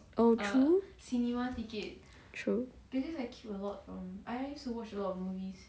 oh true true